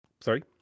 Sorry